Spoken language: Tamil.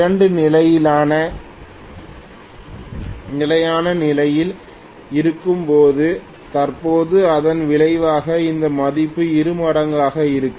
இரண்டும் நிலையான நிலையில் இருக்கும்போது தற்போது இதன் விளைவாக இந்த மதிப்பு இருமடங்காக இருக்கும்